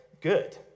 good